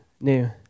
new